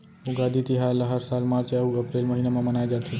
उगादी तिहार ल हर साल मार्च अउ अपरेल महिना म मनाए जाथे